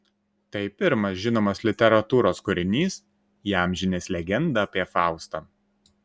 tai pirmas žinomas literatūros kūrinys įamžinęs legendą apie faustą